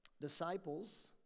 Disciples